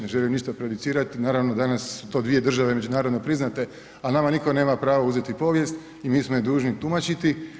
Ne želim ništa prejudicirat, naravno danas su to dvije države međunarodno priznate, al nama nitko nema pravo uzeti povijest i mi smo je dužni tumačiti.